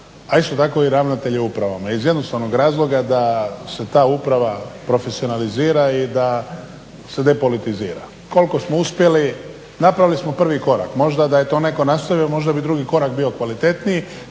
a isto tako i ravnatelje uprava iz jednostavnog razloga da se ta uprava profesionalizira i da se depolitizira. Koliko smo uspjeli, napravili smo prvi korak. Možda da je to netko nastavio, možda bi drugi korak bio kvalitetniji.